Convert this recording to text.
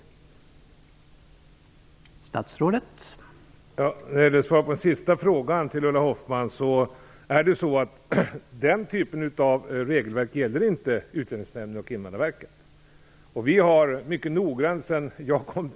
Är det inte så?